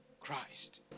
Christ